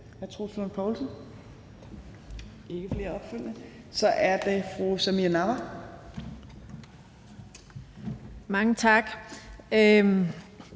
Mange tak.